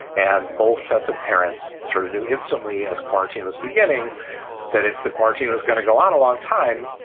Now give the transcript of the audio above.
and both sets of parents sort of knew instantly as quarantine was beginning that if the quarantine was going to go on a long time,